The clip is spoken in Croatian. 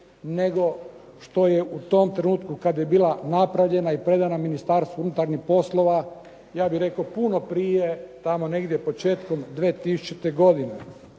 nego što je u tom trenutku kada je bila napravljena i predana Ministarstvu unutarnjih poslova ja bih rekao puno prije, tamo negdje početkom 2000. godine.